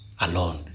alone